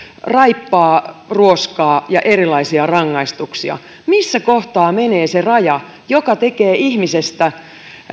raippaa ruoskaa ja erilaisia rangaistuksia missä kohtaa menee se raja joka tekee ihmisestä